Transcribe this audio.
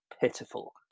pitiful